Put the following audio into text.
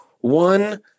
One